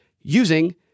using